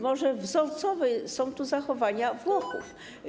Może wzorcowe są tu zachowania Włochów.